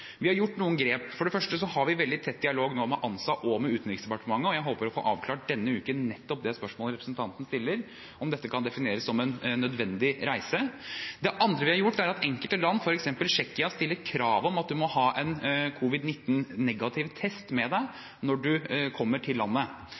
Vi har gjort noen grep. For det første har vi nå veldig tett dialog med ANSA og Utenriksdepartementet, og jeg håper å få avklart denne uken nettopp det spørsmålet representanten stiller; om dette kan defineres som en nødvendig reise. Det andre vi har gjort, gjelder at enkelte land, f.eks. Tsjekkia, stiller krav om at man ha en covid-19 negativ test med